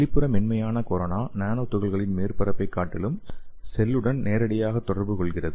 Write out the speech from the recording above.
வெளிப்புற மென்மையான corona nano துகள்களின் மேற்பரப்பைக் காட்டிலும் செல்லுடன் நேரடியாக தொடர்பு கொள்கிறது